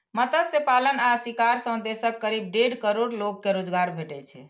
मत्स्य पालन आ शिकार सं देशक करीब डेढ़ करोड़ लोग कें रोजगार भेटै छै